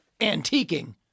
antiquing